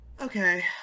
Okay